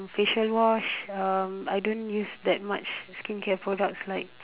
um facial wash I don't use that much skincare products like